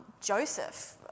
Joseph